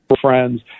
friends